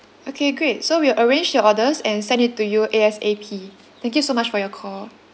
okay great so we will arrange your orders and send it to you ASAP thank you so much for your call